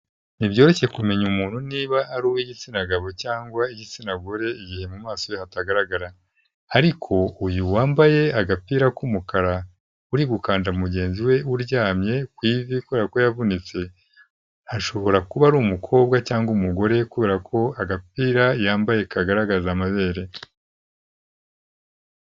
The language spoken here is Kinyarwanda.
Ntibyoroshye kumenya umuntu niba ari uw'igitsina gabo cyangwa igitsina gore igihe mu maso he hatagaragara, ariko uyu wambaye agapira k'umukara, uri gukanda mugenzi we uryamye ku ivi kubera ko yavunitse, ashobora kuba ari umukobwa cyangwa umugore kubera ko agapira yambaye kagaragaza amabere.